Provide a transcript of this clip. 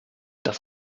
das